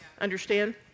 Understand